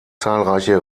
zahlreiche